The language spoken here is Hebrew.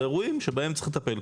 זה אירועים שבהם צריך לטפל,